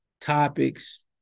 topics